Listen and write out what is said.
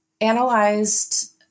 analyzed